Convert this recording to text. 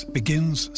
begins